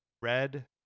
red